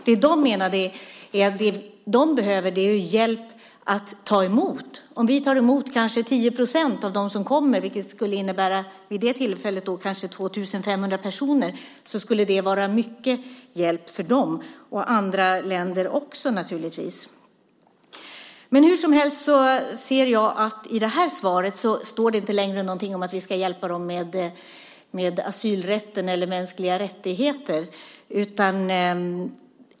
Det de menade att de behöver hjälp med är att ta emot. Om vi tar emot kanske 10 % av dem som kommer, vilket vid just det tillfället skulle ha varit kanske 2 500 personer, skulle det vara stor hjälp för dem - och andra länder skulle naturligtvis också ta emot. Hur som helst ser jag att det i det här svaret inte längre står någonting om att vi ska hjälpa dem med utbildning i asylrätt och mänskliga rättigheter.